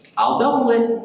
i'll double it.